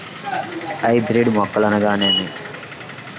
Hybrid మొక్కలు అనగానేమి?